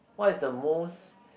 what is the most